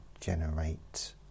generate